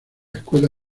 escuela